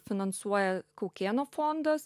finansuoja kaukėno fondas